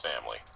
family